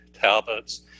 Talbots